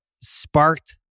Sparked